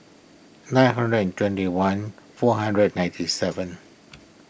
nine hundred and twenty one four hundred ninety seven